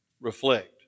Reflect